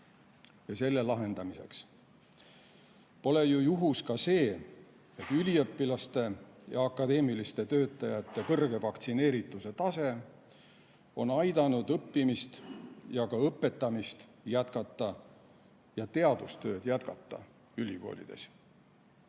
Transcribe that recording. ja selle lahendamiseks. Pole juhus ka see, et üliõpilaste ja akadeemiliste töötajate kõrge vaktsineerituse tase on aidanud õppimist ja õpetamist jätkata ja ka teadustööd ülikoolides